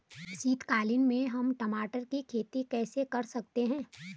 शीतकालीन में हम टमाटर की खेती कैसे कर सकते हैं?